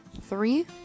three